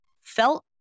felt